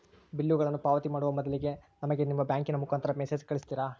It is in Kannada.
ಬಿಲ್ಲುಗಳನ್ನ ಪಾವತಿ ಮಾಡುವ ಮೊದಲಿಗೆ ನಮಗೆ ನಿಮ್ಮ ಬ್ಯಾಂಕಿನ ಮುಖಾಂತರ ಮೆಸೇಜ್ ಕಳಿಸ್ತಿರಾ?